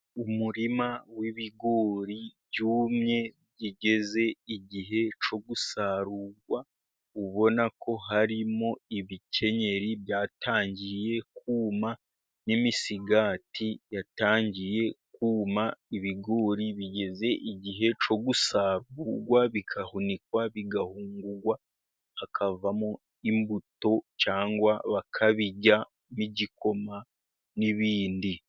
Umurima w'ibigori byumye bigeze igihe cyo gusarurwa, ubona ko harimo ibikenyeri byatangiye kuma n'imisigati yatangiye kuma. Ibigori bigeze igihe cyo gusagugwa bigahunikwa, bigahungugwa hakavamo imbuto, cyangwa bakabirya igikoma n'ibindi.